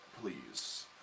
please